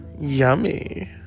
yummy